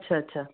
अच्छा अच्छा